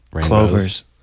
clovers